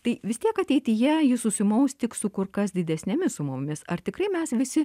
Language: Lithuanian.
tai vis tiek ateityje jis susimaus tik su kur kas didesnėmis sumomis ar tikrai mes visi